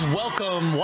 welcome